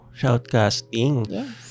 shoutcasting